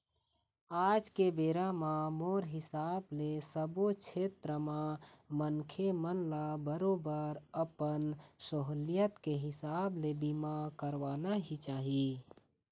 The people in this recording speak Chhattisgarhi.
आज के बेरा म मोर हिसाब ले सब्बो छेत्र म मनखे मन ल बरोबर अपन सहूलियत के हिसाब ले बीमा करवाना ही चाही